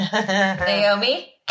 Naomi